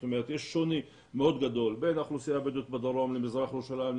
יש שוני מאוד גדול בין האוכלוסייה הבדואית בדרום למזרח ירושלים,